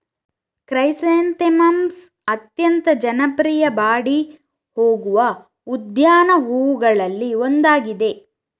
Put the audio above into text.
chrysanthemums ಅತ್ಯಂತ ಜನಪ್ರಿಯ ಬಾಡಿ ಹೋಗುವ ಉದ್ಯಾನ ಹೂವುಗಳಲ್ಲಿ ಒಂದಾಗಿದೆ